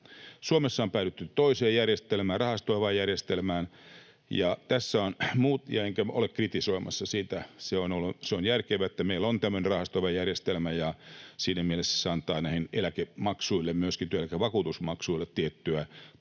Suomessa on päädytty toiseen järjestelmään, rahastoivaan järjestelmään, enkä ole kritisoimassa sitä. Se on järkevää, että meillä on tämmöinen rahastoiva järjestelmä, ja siinä mielessä se antaa näille eläkemaksuille, myöskin työeläkevakuutusmaksuille, tiettyä turvaa,